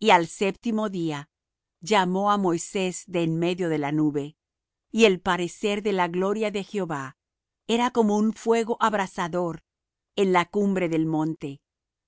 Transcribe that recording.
y al séptimo día llamó á moisés de en medio de la nube y el parecer de la gloria de jehová era como un fuego abrasador en la cumbre del monte